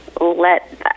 let